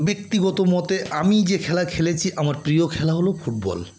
ব্যক্তিগত মতে আমি যে খেলা খেলেছি আমার প্রিয় খেলা হল ফুটবল